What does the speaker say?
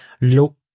look